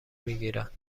میگیرند